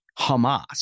Hamas